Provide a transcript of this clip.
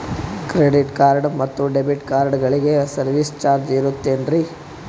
Credit card ಮತ್ತು debit ಕಾರ್ಡಗಳಿಗೆ service charge ಇರುತೇನ್ರಿ?